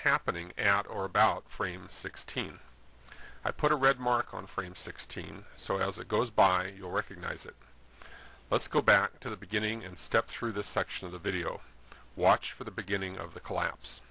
happening at or about frame sixteen i put a red mark on frame sixteen so as it goes by you recognize it let's go back to the beginning and step through this section of the video watch for the beginning of the collapse